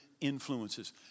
influences